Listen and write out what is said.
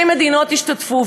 30 מדינות השתתפו,